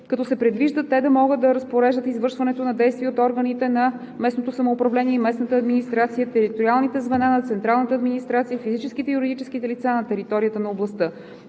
като се предвижда те да могат да разпореждат извършването на действия от органите на местното самоуправление и местната администрация, териториалните звена на централната администрация, физическите и юридическите лица на територията на областта.